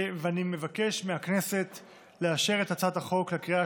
ואני מבקש מהכנסת לאשר את הצעת החוק לקריאה